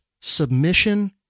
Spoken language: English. submission